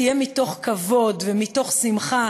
תהיה מתוך כבוד ומתוך שמחה,